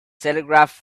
telegraph